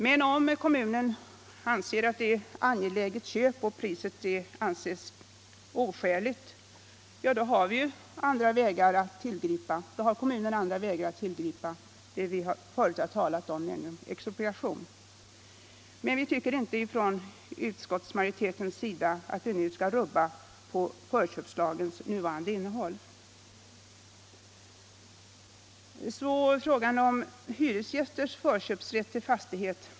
Men om kommunen anser att det är ett angeläget köp och priset är oskäligt, har kommunen andra utvägar att tillgripa, nämligen expropriation som vi tidigare talat om. Men utskottsmajoriteten tycker inte att vi nu bör ändra förköpslagens innehåll. Så till frågan om hyresgästers förköpsrätt till fastighet.